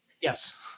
Yes